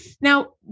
Now